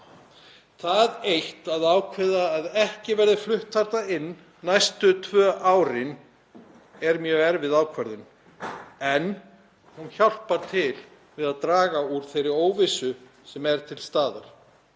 Það eitt að ákveða að ekki verði flutt þarna inn næstu tvö árin er mjög erfið ákvörðun en hún hjálpar til við að draga úr þeirri óvissu sem er til staðar.